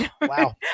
Wow